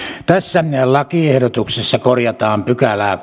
tässä lakiehdotuksessa korjataan kolmattakymmenettätoista pykälää